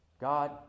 God